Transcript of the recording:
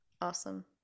awesome